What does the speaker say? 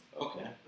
Okay